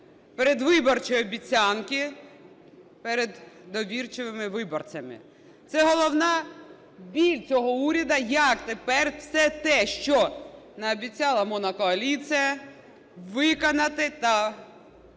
передвиборчі обіцянки перед довірливими виборцями. Це головний біль цього уряду, як тепер все те, що наобіцяла монокоаліція, виконати та вжити